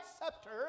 scepter